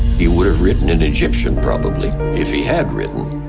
he would've written in egyptian, probably, if he had written,